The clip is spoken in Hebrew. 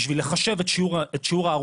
בשביל לחשב את שיעור ההרוגים,